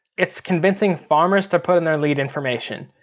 it's convincing farmers to put in their lead information.